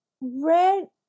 Red